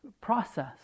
process